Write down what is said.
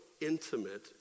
intimate